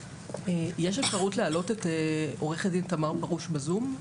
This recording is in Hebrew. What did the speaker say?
יש אפשרות להעלות את עו"ד תמר פרוש בזום?